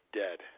dead